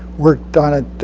worked on it